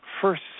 First